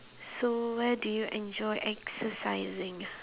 so where do you enjoy exercising